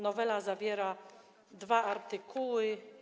Nowela zawiera dwa artykuły.